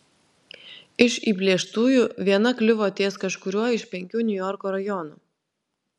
iš įplėštųjų viena kliuvo ties kažkuriuo iš penkių niujorko rajonų